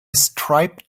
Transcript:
striped